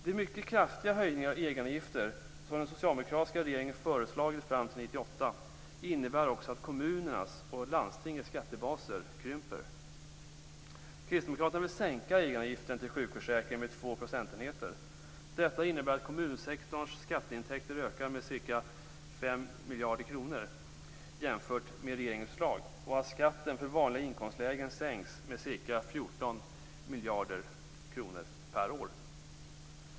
De mycket kraftiga höjningar av egenavgifter som den socialdemokratiska regeringen föreslagit skall gälla fram till 1998 innebär också att kommunernas och landstingens skattebaser krymper. Kristdemokraterna vill sänka egenavgiften till sjukförsäkringen med två procentenheter. Detta innebär att kommunsektorns skatteintäkter ökar med ca 5 miljarder kronor jämfört med regeringens förslag och att skatten för vanliga inkomstlägen sänks med ca 14 miljarder kronor per år.